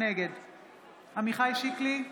נגד עמיחי שיקלי,